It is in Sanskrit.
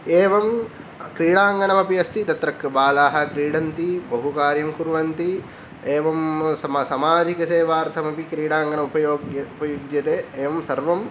एवं क्रीडाङ्गणमपि अस्ति तत्र बालाः क्रीडन्ति बहुकार्यं कुर्वन्ति एवं सम समाजिकसेवार्थम् अपि क्रीडाङ्गणम् उपयोग्य् उपजुज्यते एवं सर्वं